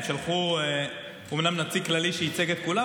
הם אומנם שלחו נציג כללי שייצג את כולם,